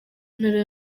ntara